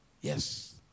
Yes